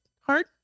hard